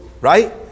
right